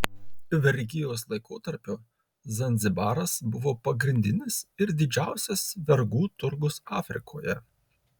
vergijos laikotarpiu zanzibaras buvo pagrindinis ir didžiausias vergų turgus afrikoje